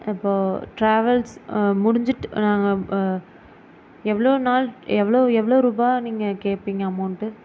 இப்போது டிராவல்ஸ் முடிஞ்சிட்டு நாங்கள் எவ்வளோ நாள் எவ்வளோ எவ்வளோ ரூபாய் நீங்கள் கேட்பீங்க அமௌண்ட்டு